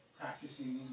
practicing